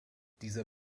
dieser